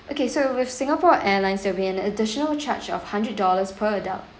okay so with singapore airlines there'll be an additional charge of hundred dollars per adult